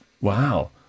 Wow